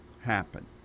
happen